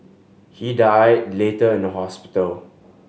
he died later in the hospital